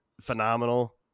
phenomenal